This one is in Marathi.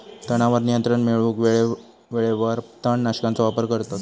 तणावर नियंत्रण मिळवूक वेळेवेळेवर तण नाशकांचो वापर करतत